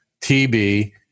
TB